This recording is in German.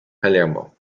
palermo